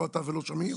לא אתה ולא שמיר,